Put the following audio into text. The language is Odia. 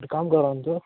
ଗୋଟେ କାମ କରନ୍ତୁ